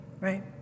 right